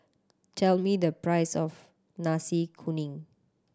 tell me the price of Nasi Kuning